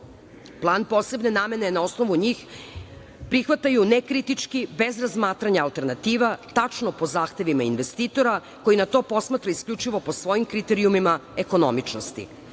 Plan posebne namene na osnovu njih prihvataju nekritički, bez razmatranja alternativa tačno po zahtevima investitora koji na to posmatra isključivo po svojim kriterijumima ekonomičnosti.